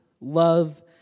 love